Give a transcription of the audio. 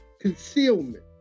concealment